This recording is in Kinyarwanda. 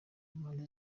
mpande